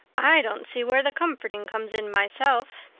i don't see where the comforting comes in myself,